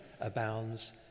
abounds